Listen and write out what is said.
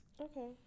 Okay